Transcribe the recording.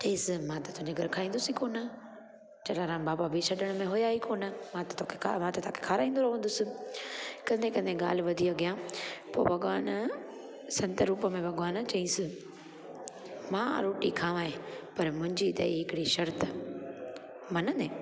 चईसि मां त तुंहिंजे घर खाईंदसि ई कोन जलाराम बापा बि छॾण में हुआ ई कोन मां त तोखे मां त तव्हांखे खाराईंदो रहंदसि कंदे कंदे ॻाल्हि वधी अॻियां पोइ भॻवानु संत रूप में भॻवानु चयईसि मां रोटी खाय ई पर मुंहिंजी अथई हिकिड़ी शर्त मञंदे